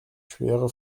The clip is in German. schwere